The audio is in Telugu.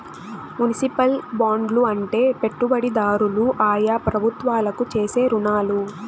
మునిసిపల్ బాండ్లు అంటే పెట్టుబడిదారులు ఆయా ప్రభుత్వాలకు చేసే రుణాలు